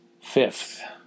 fifth